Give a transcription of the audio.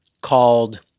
called